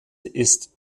ist